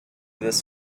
this